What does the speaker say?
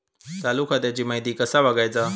चालू खात्याची माहिती कसा बगायचा?